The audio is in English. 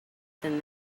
than